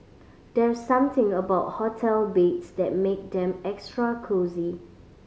there's something about hotel beds that make them extra cosy